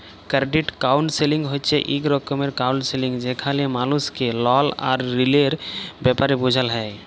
credit counselling হছে ইক রকমের কাউলসেলিংযেখালে মালুসকে লল আর ঋলের ব্যাপারে বুঝাল হ্যয়